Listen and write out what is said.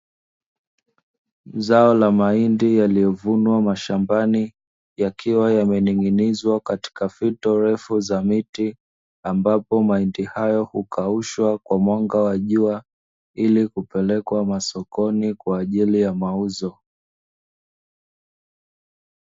Zao la mahindi yaliyovunwa mashambani yakiwa yamening'inizwa katika fito refu za miti ambapo mahindi hayo hukaushwa kwa mwanga wa jua ili kupelekwa masokoni kwa ajili ya mauzo.